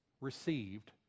received